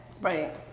right